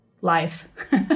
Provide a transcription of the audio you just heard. life